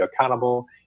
accountable